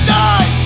die